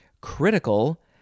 critical